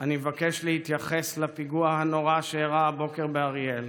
אני מבקש להתייחס לפיגוע הנורא שאירע הבוקר באריאל,